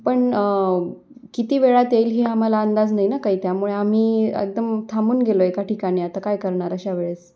पण किती वेळात येईल हे आम्हाला अंदाज नाही ना काही त्यामुळे आम्ही एकदम थांबून गेलो एका ठिकाणी आता काय करणार अशा वेळेस